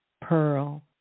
pearl